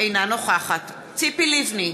אינה נוכחת ציפי לבני,